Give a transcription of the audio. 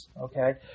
Okay